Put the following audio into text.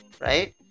right